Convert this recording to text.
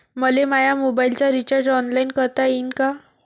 मले माया मोबाईलचा रिचार्ज ऑनलाईन करता येईन का?